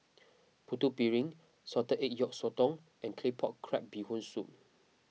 Putu Piring Salted Egg Yolk Sotong and Claypot Crab Bee Hoon Soup